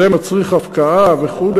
זה מצריך הפקעה וכו'.